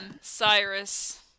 cyrus